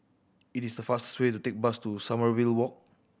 it is faster way to take bus to Sommerville Walk